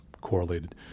correlated